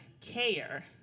care